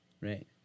Right